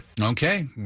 Okay